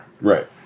Right